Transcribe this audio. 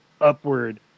upward